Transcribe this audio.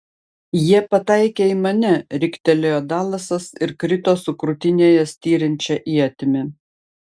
jie pataikė į mane riktelėjo dalasas ir krito su krūtinėje styrinčia ietimi